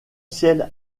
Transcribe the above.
ciel